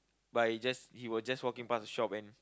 by just he was just walking past a shop and